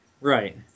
Right